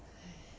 !haiya!